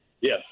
Yes